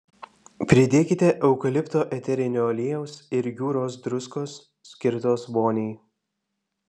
pridėkite eukalipto eterinio aliejaus ir jūros druskos skirtos voniai